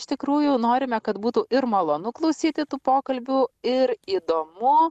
iš tikrųjų norime kad būtų ir malonu klausyti tų pokalbių ir įdomu